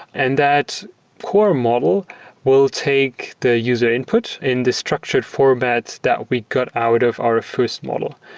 and that core model will take the user input in this structured formats that we got out of our first model.